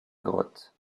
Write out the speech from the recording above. grotte